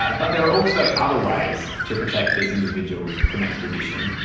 but but there are also other ways to protect these individuals from extradition.